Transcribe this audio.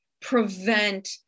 prevent